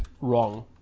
wrong